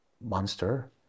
monster